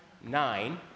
Nine